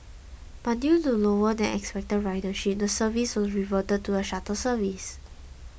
but due to lower than expected ridership the service was reverted to a shuttle service